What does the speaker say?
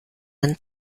einen